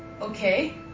Okay